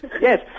Yes